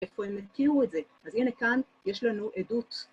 איפה הם הכירו את זה, אז הנה כאן יש לנו עדות.